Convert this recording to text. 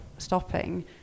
stopping